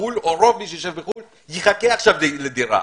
בחו"ל יחכה עכשיו לדירה.